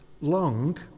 long